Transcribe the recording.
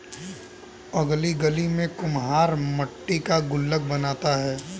अगली गली में कुम्हार मट्टी का गुल्लक बनाता है